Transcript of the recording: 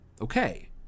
okay